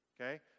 Okay